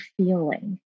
feeling